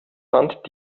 verstand